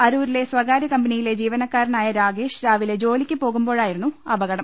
അരൂരിലെ സ്വകാര്യ കമ്പനിയിലെ ജീവനക്കാരനായ രാഗേഷ് രാവിലെ ജോലിക്കു പോകുമ്പോഴായിരുന്നു അപകടം